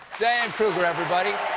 diane kruger, everybody.